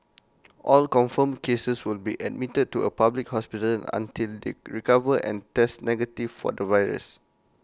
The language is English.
all confirmed cases will be admitted to A public hospital until they recover and test negative for the virus